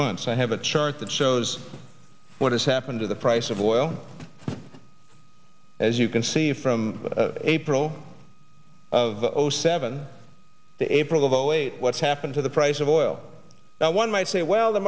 months i have a chart that shows what has happened to the price of oil as you can see from april of seven to april of zero eight what's happened to the price of oil that one might say well th